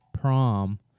prom